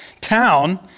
town